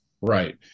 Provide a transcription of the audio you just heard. Right